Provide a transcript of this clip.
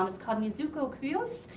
um it's called mizuko kuyo.